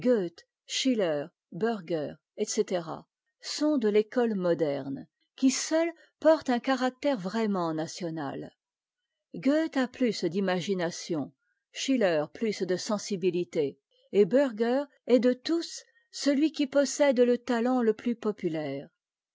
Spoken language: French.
bürger etc sont de féeoie moderne qui seule porte un caractère vraiment national goethe a plus d'imagination schiller plus de sensibilité et bùrger est de tous celui qui possède e talent le plus populaire